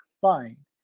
Fine